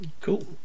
Cool